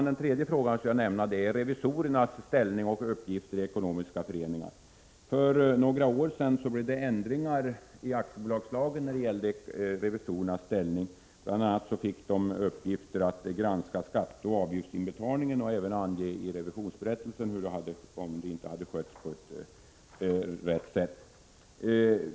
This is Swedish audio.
Den tredje fråga som jag vill nämna gäller revisorernas ställning och uppgifter i ekonomiska föreningar. För några år sedan blev det ändringar i aktiebolagslagen beträffande revisorernas ställning. Bl. a. fick de i uppgift att granska skatteoch avgiftsinbetalningar och även ange i revisionsberättelsen om dessa inte hade skötts på rätt sätt.